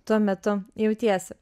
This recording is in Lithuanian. tuo metu jautiesi